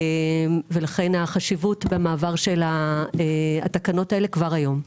לכן החשיבות במעבר של התקנות האלה כבר היום.